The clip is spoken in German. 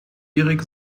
erik